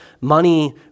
money